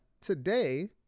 today